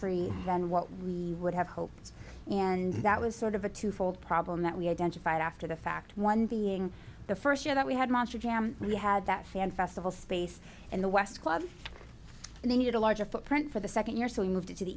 y than what we would have hoped and that was sort of a two fold problem that we identified after the fact one being the first year that we had monster jam we had that fan festival space in the west club and they needed a larger footprint for the second year so we moved to t